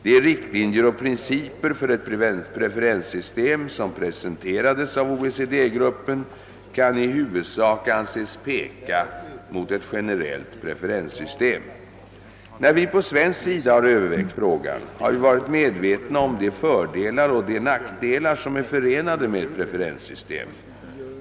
De riktlinjer och principer för ett preferenssystem som presenterades av OECD gruppen kan i huvudsak anses peka mot ett generellt preferenssystem. När vi på svensk sida har övervägt frågan har vi varit medvetna om de fördelar och de nackdelar som är förenade med ett preferenssystem.